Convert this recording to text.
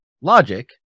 logic